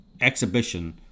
exhibition